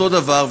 אותו דבר,